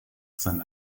sein